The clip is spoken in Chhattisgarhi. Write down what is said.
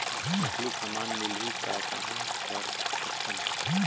नकली समान मिलही त कहां कर सकथन?